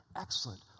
excellent